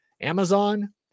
Amazon